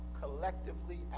collectively